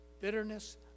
bitterness